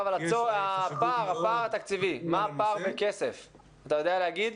מה הפער בכסף, אתה יודע להגיד?